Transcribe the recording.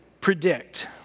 predict